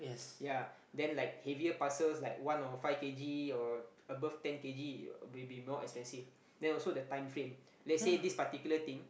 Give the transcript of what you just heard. yea then like heavier parcels like one or five k_g or above ten k_g will be more expensive then also the timeframe they say this particular thing